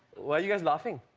why are you guys laughing?